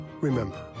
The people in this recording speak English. Remember